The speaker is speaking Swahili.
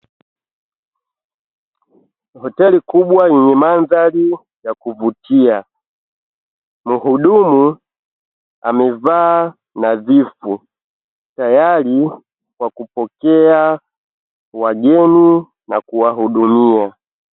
Hoteli kubwa yenye mandhari ya kuvutia, mhudumu amevaa nadhifu, tayari kwa kupokea wageni na kuwahudumia.